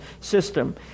system